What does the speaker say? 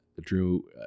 Drew